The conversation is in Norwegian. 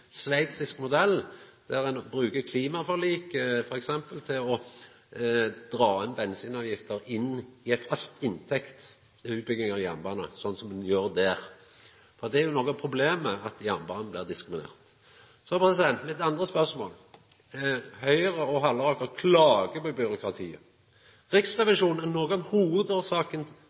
bruker klimaforliket f.eks. til å dra bensinavgifter inn i ein fast inntekt til utbygging av jernbane, sånn som ein gjer i Sveits? Det er noko av problemet at jernbanen blir diskriminert. Mitt andre spørsmål: Høgre og Halleraker klagar på byråkratiet. Riksrevisjonen er noko av hovudårsaka